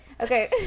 okay